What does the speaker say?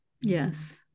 Yes